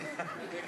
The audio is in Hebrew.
התשע"ד